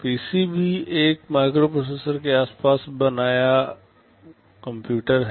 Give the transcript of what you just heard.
PC भी एक microprocessor के आसपास बनाया कंप्यूटर हैं